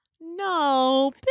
No